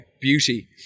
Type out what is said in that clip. beauty